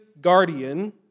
guardian